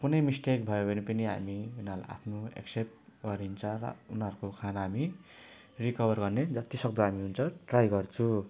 कुनै मिस्टेक भयो भने पनि हामी उनीहरूलाई आफ्नो एक्सेप्ट गरिन्छ अब उनीहरूको खाना हामी रिकभर गर्ने जतिसक्दो हामी हुन्छ ट्राई गर्छु